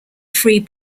free